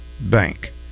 Bank